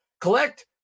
collect